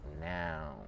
now